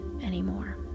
anymore